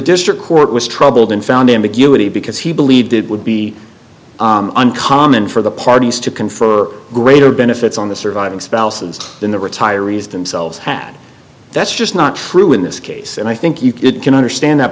district court was troubled in found ambiguity because he believed it would be uncommon for the parties to confer greater benefits on the surviving spouses than the retirees themselves had that's just not true in this case and i think you could can understand that